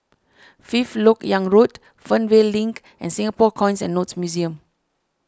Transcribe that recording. Fifth Lok Yang Road Fernvale Link and Singapore Coins and Notes Museum